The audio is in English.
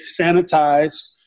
sanitize